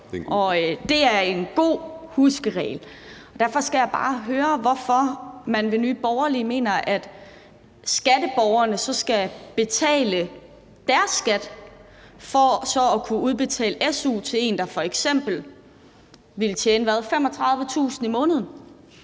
Det er en god huskeregel. Derfor skal jeg bare høre, hvorfor man i Nye Borgerlige mener, at skatteborgerne skal betale deres skat, for så at kunne udbetale su til en, der ville tjene f.eks.